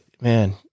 man